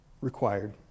required